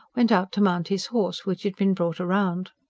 went out to mount his horse which had been brought round.